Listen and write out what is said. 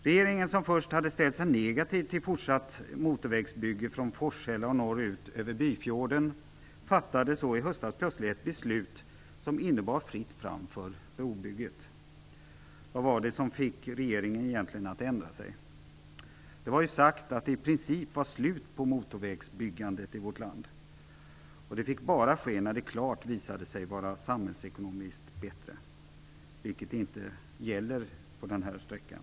Regeringen, som först ställde sig negativ till fortsatt motorvägsbygge från Forshälla och norrut över Byfjorden, fattade i höstas plötsligt ett beslut som innebar fritt fram för brobygget. Vad var det egentligen som fick regeringen att ändra sig? Det var ju sagt att det i princip var slut på motorvägsbyggandet i vårt land. Sådant skulle bara få ske när det klart visar sig vara samhällsekonomiskt bättre, vilket inte gäller för sträckan i fråga.